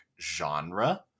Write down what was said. genre